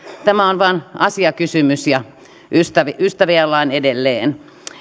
tämä on vain asiakysymys ja ystäviä ystäviä ollaan edelleen